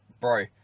Bro